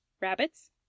rabbits